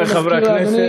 אני מזכיר לאדוני,